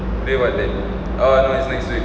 today what date oh no it's next week